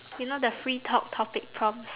you know the free talk topic prompts